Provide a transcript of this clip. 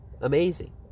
amazing